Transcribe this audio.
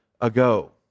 ago